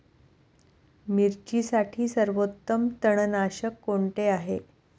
मिरचीसाठी सर्वोत्तम तणनाशक कोणते आहे?